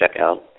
Checkout